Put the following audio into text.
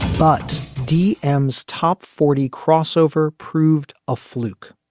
but d m's top forty crossover proved a fluke.